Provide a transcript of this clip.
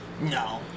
No